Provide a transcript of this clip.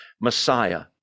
Messiah